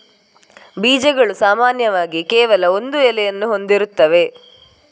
ಬೀಜಗಳು ಸಾಮಾನ್ಯವಾಗಿ ಕೇವಲ ಒಂದು ಎಲೆಯನ್ನು ಹೊಂದಿರುತ್ತವೆ